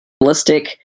realistic